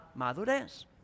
madurez